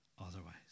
otherwise